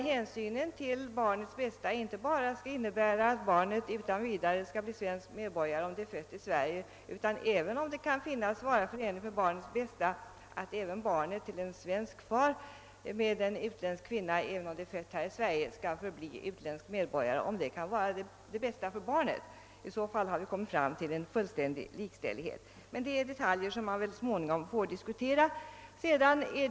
Hänsynen till barnets bästa skall inte bara innebära att barnet utan vidare skall bli svensk medborgare, om det är fött i Sverige, utan ett barn till en svensk man och en utländsk kvinna skall, även om det är fött i Sverige, kunna bli utländsk medborgare, om det kan vara det bästa för barnet. I så fall har vi kommit fram till en fullständig likställighet. Men detta är detaljer som får diskuteras så småningom.